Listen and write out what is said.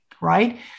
right